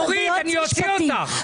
אורית, אני אוציא אותך.